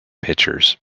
pitchers